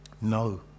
No